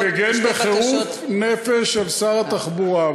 אני מגן בחירוף נפש על שר התחבורה,